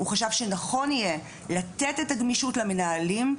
הוא חשב שנכון יהיה לתת את הגמישות למנהלים,